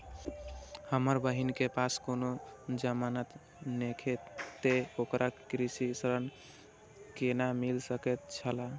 हमर बहिन के पास कोनो जमानत नेखे ते ओकरा कृषि ऋण कोना मिल सकेत छला?